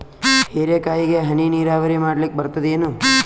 ಹೀರೆಕಾಯಿಗೆ ಹನಿ ನೀರಾವರಿ ಮಾಡ್ಲಿಕ್ ಬರ್ತದ ಏನು?